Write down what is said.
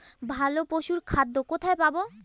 ভালো পশুর খাদ্য কোথায় পাবো?